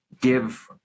give